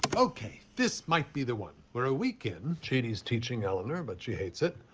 okay, this might be the one. we're a week in. chidi's teaching eleanor, but she hates it.